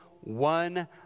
one